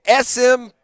SM